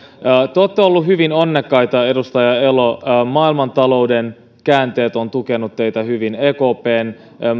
olette olleet hyvin onnekkaita edustaja elo maailmantalouden käänteet ovat tukeneet teitä hyvin ekpn